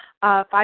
Five